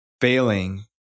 failing